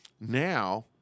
Now